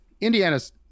Indiana's